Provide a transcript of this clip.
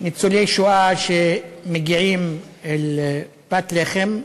ניצולי שואה שמגיעים לפת לחם,